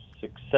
success